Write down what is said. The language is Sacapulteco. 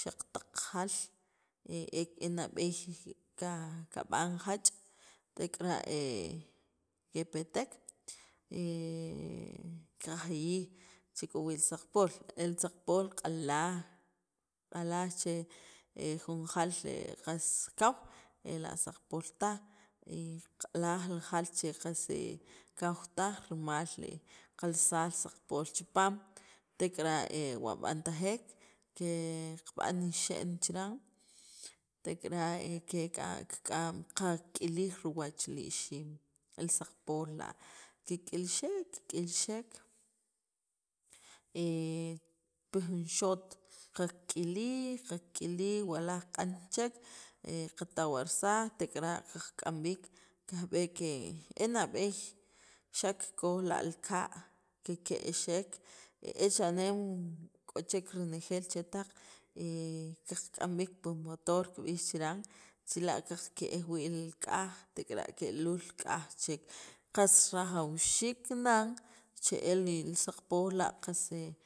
xa'l taq jal enab'eey kab'an jaach' tek'ara' kepeteek kajiyij che'el k'o wii' li saqpool el saqpol k'ajal che jun jal q'as k'aw ela' saqpol taj q'alaj li jal che qas kaw tajrimal kalsaj saqpol chipaam tek'ara' wa b'anatajek keqab'an ixe'n chiran tek'ara' kik qak'ilij riwach li ixiim li saqpol la' kik'ilxek kik'ilxek pi jun xot qak'ilij qak'ilis wa laj q'an chek qatawarsaj tek'ara' kaqk'am b'iik kajb'eek e nab'eey xa' kikoj la li ka' ke'ke'xek e cha'neem k'o chek renejeel chetaq qak'am b'iik pi motor kib'ix chiran chila' qake'ej wii' li k'aj tek'ara' ke'luul k'aj chek qas rajawxiik nan che li saqpol la' qas